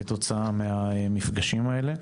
כתוצאה מהמפגשים האלה.